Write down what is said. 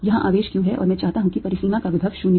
यहां आवेश q है और मैं चाहता हूं कि परिसीमा का विभव 0 हो